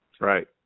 Right